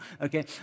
okay